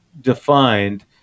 defined